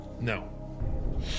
No